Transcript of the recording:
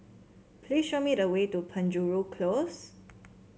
please show me the way to Penjuru Close